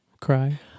cry